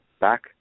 back